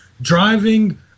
driving